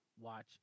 Watch